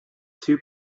two